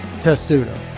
Testudo